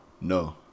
No